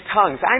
tongues